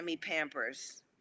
Pampers